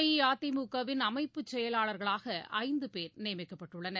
அஇஅதிமுகவின் அமைப்பு செயலாளர்களாக ஐந்து பேர் நியமிக்கப்பட்டுள்ளனர்